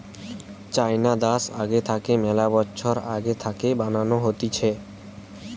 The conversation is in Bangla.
চাইনা দ্যাশ থাকে মেলা বছর আগে থাকে বানানো হতিছে